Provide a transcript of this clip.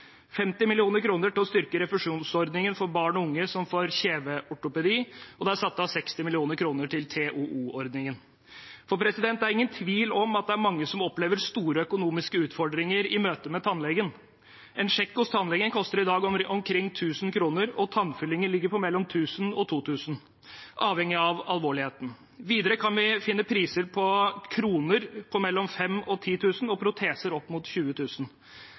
50 mill. kr til å styrke refusjonsordningen for barn og unge som får kjeveortopedi, og det er satt av 60 mill. kr til TOO-ordningen. For det er ingen tvil om at det er mange som opplever store økonomiske utfordringer i møte med tannlegen. En sjekk hos tannlegen koster i dag omkring 1 000 kr, og tannfyllinger ligger på mellom 1 000 og 2 000 kr, avhengig av alvorligheten. Videre kan vi finne priser på kroner på mellom 5 000 og 10 000 kr, og på proteser opp mot